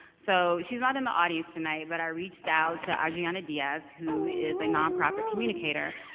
so she's not in the audience tonight, but i reached out to argiana diaz, who is a nonprofit communicator.